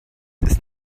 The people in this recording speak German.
ist